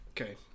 Okay